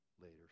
later